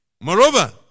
Moreover